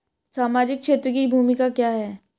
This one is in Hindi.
सामाजिक क्षेत्र की भूमिका क्या है?